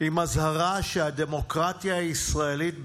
עם אזהרה שהדמוקרטיה הישראלית בסכנה,